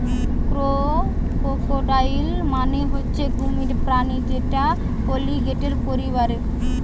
crocodile মানে হচ্ছে কুমির প্রাণী যেটা অলিগেটের পরিবারের